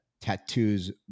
tattoos